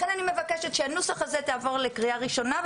לכן אני מבקשת שהנוסח הזה יעבור לקריאה ראשונה.